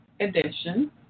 edition